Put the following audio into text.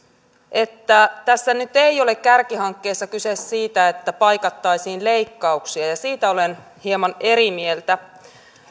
että tässä nyt ei ole kärkihankkeissa kyse siitä että paikattaisiin leikkauksia ja siitä olen hieman eri mieltä